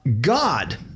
God